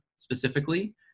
specifically